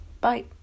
Bye